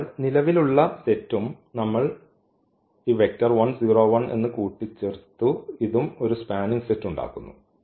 അതിനാൽ നിലവിലുള്ള സെറ്റും നമ്മൾഈ വെക്റ്റർ കൂടി ചേർത്തു ഇതും ഒരു സ്പാനിങ് സെറ്റ് ഉണ്ടാക്കുന്നു